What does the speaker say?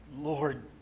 Lord